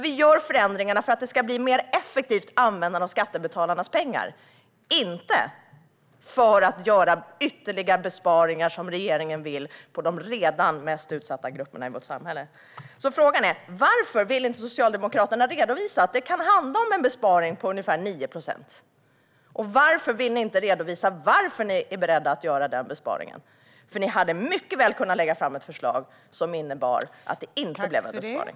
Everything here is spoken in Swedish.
Vi gör förändringarna för att det ska bli ett mer effektivt användande av skattebetalarnas pengar, inte för att göra ytterligare besparingar - vilket regeringen vill - på de grupper som redan är mest utsatta i vårt samhälle. Frågan är: Varför vill Socialdemokraterna inte redovisa att det kan handla om en besparing på ungefär 9 procent? Varför vill ni inte redovisa varför ni är beredda att göra den besparingen, Mikael Dahlqvist? Ni hade mycket väl kunnat lägga fram ett förslag som innebär att det inte blir en besparing.